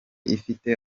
ifite